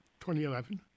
2011